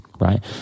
right